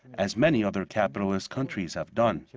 as many other capitalist countries have done.